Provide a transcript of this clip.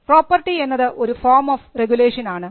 property എന്നത് ഒരു form of regulation ആണ്